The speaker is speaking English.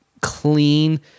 clean